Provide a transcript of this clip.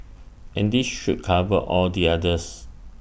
and this should cover all the others